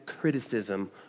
criticism